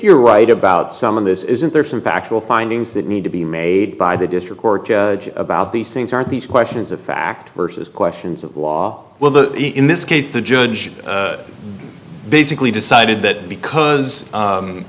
you're right about some of this isn't there some factual findings that need to be made by the district court about these things aren't these questions of fact versus questions of law well the in this case the judge basically decided that because